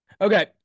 Okay